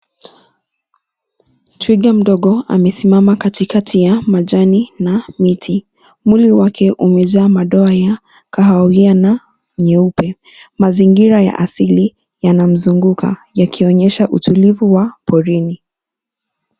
Twiga mdogo amesimama katikati ya majani na miti. Mwili wake umejaa madoa ya kahawia na nyeupe. Mazingira ya asili yanamzunguka, yakionyesha utulivu wa porini.